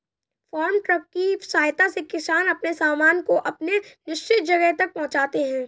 farm truck की सहायता से किसान अपने सामान को अपने निश्चित जगह तक पहुंचाते हैं